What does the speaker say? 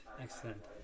Excellent